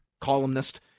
columnist